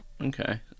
Okay